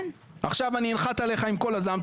עכשיו אני אנחת עליך עם כל הזעם,